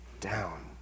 down